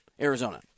Arizona